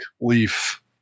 leaf